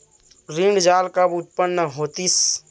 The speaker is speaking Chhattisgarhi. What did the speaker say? ऋण जाल कब उत्पन्न होतिस?